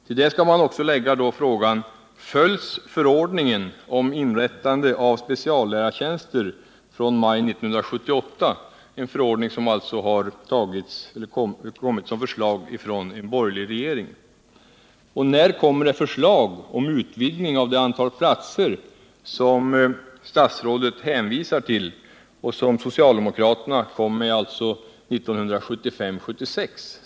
Till detta skall läggas frågan: Följs förordningen från maj 1978 om inrättande av speciallärartjänster? Den förordningen tillkom på förslag av en borgerlig regering. När kommer ett förslag om utvidgning av det antal platser som statsrådet hänvisar till och som socialdemokraterna genomförde 1975/ 76?